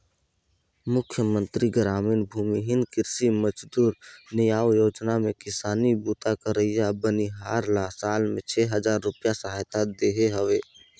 मुख्यमंतरी गरामीन भूमिहीन कृषि मजदूर नियाव योजना में किसानी बूता करइया बनिहार ल साल में छै हजार रूपिया सहायता देहे हवे